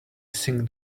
sing